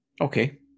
Okay